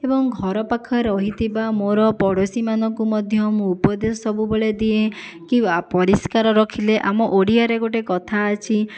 ଏବଂ ଘର ପାଖରେ ରହିଥିବା ମୋର ପଡ଼ୋଶୀମାନଙ୍କୁ ମଧ୍ୟ ମୁଁ ଉପଦେଶ ସବୁବେଳେ ଦିଏ କି ପରିଷ୍କାର ରଖିଲେ ଆମ ଓଡ଼ିଆରେ ଗୋଟିଏ କଥା ଅଛି